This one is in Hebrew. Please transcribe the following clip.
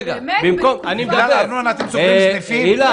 באמת, בתקופה כזו.